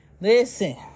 Listen